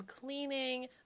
cleaning